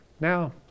now